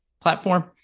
platform